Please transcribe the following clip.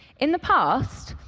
in the past,